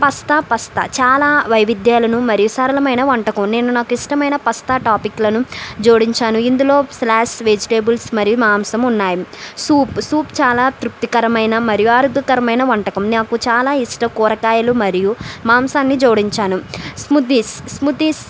pasta pasta చాలా వైవిధ్యాలను మరియు సరళమైన వంటకం నేను నాకిష్టమైన పాస్తా టాపింగ్లను జోడించాను ఇందులో స్లాస్ వెజిటబుల్స్ మరియు మాంసం ఉన్నాయి సూప్ సూప్ చాలా తృప్తికరమైన మరియు ఆరోగ్యకరమైన వంటకం నాకు చాలా ఇష్టం కూరగాయలు మరియు మాంసాన్ని జోడించాను స్మూతీస్ స్మూతీస్